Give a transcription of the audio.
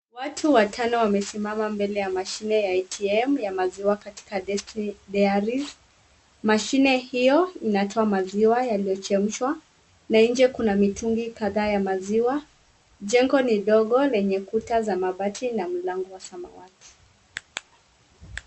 Watú watano wamesimama mbéle ya mashine ya ATM ya mziwa katika destiny dairy mashine hio inatoa maziwa yaliyo chemshwa na nje kuna mitungj kadhaa ya maziwa. Jengo ni dogo lenye kuta za mabati na mlango wa samawati.